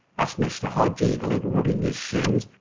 asked mr. hodge eagerly, rubbing his shins,